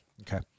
Okay